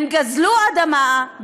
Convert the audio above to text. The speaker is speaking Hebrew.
הם גזלו אדמה,